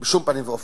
בשום פנים ואופן.